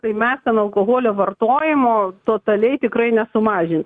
tai mes ten alkoholio vartojimo totaliai tikrai nesumažins